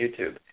YouTube